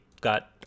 Got